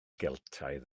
geltaidd